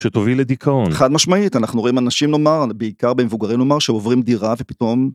שתוביל לדיכאון חד משמעית אנחנו רואים אנשים לומר על בעיקר במבוגרים לומר שעוברים דירה ופתאום.